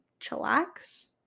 Chillax